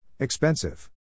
Expensive